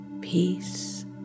Peace